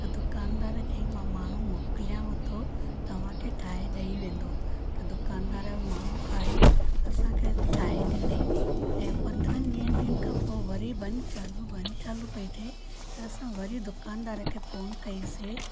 त दुकानदार चई मां माण्हूं मोकिलियाव थो तव्हांखे ठाहे ॾई वेंदो त दुकानदार जो माण्हूं आयो असांखे ठाही ॾिनी ते पंद्रहंनि वीहनि ॾींहनि खां पोइ वरी बंदि चालू बंदि चालू पई थिए त असां वरी दुकानदार खे फ़ोन कईसीं